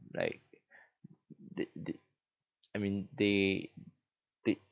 like th~ th~ I mean they they